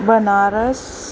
Banaras